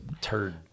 turd